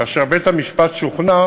כאשר בית-המשפט שוכנע